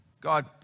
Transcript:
God